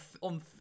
on